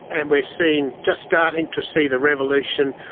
and we're seeing, just starting to see the revolution,